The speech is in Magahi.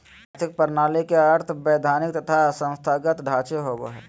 आर्थिक प्रणाली के अर्थ वैधानिक तथा संस्थागत ढांचे होवो हइ